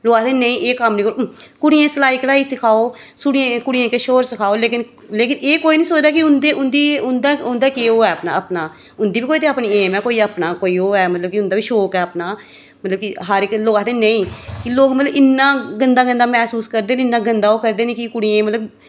लोक आखदे नेईं एह् कम्म निं करो कुड़ियें सलाई खढाई सिखाओ कुड़ियें किश होर सखाओ लेकिन लेकिन एह् कोई निं सोचदा कि उंदा केह् ओह् ऐ अपना अपना उं'दी बी ते कोई अपनी एम ऐ कोई अपना कोई ओ ऐ मतलब की उं'दा बी शौक ऐ अपना मतलब की हर इक लोक आखदे नेईं लोक मतलब इन्ना गंदा गंदा महसूस करदे नि इन्ना गंदा ओ करदे कि कुड़ियें मतलब